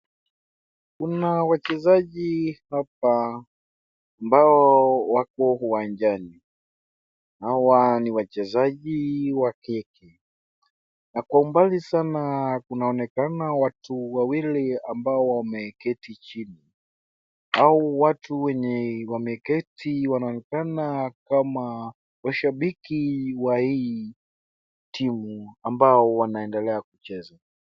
Kuna wachezajji hapa ambao wako uwanjani. Hawa ni wachezaji wa kike. Na kwa mbali sana kunaonekana watu wawili ambao wameketii chini. Hao watu wenye wameketi wanaonekana kama washabiki wa hii timu ambao wanaendelea kucheza.